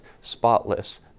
spotless